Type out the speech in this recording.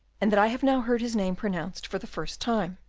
and that i have now heard his name pronounced for the first time.